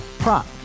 Prop